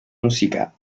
música